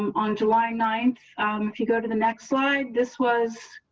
um on july nine if you go to the next slide. this was